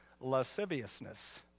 Lasciviousness